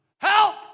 Help